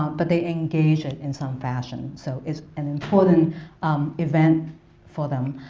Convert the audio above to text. but they engage it in some fashion. so it's an important event for them.